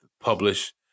publish